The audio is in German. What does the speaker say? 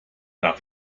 darf